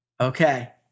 Okay